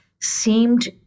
seemed